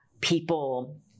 people